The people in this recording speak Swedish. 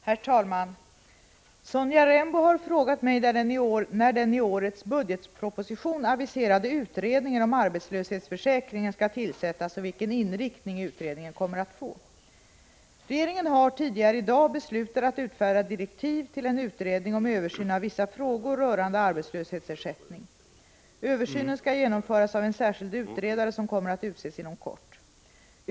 Herr talman! Sonja Rembo har frågat mig när den i årets budgetproposition aviserade utredningen om arbetslöshetsförsäkringen skall tillsättas och vilken inriktning utredningen kommer att få. Regeringen har tidigare i dag beslutat att utfärda direktiv till en utredning om översyn av vissa frågor rörande arbetslöshetsersättning. Översynen skall genomföras av en särskild utredare, som kommer att utses inom kort.